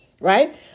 right